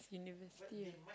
university or